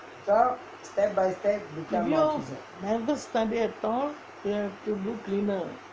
if you all never study at all you have to do cleaner